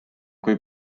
kui